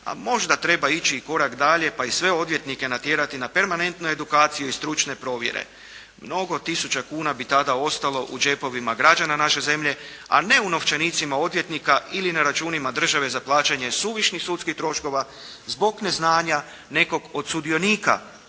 a možda treba ići i korak dalje pa i sve odvjetnike natjerati na permanentnu edukaciju i stručne provjere. Mnogo tisuća kuna bi tada ostalo u džepovima građana naše zemlje, a ne u novčanicima odvjetnika ili na računima države za plaćanje suvišnih sudskih troškova zbog neznanja nekog od sudionika